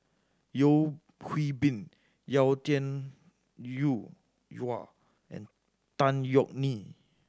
Yeo Hwee Bin Yau Tian Yau and Tan Yeok Nee